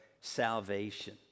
salvation